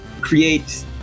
create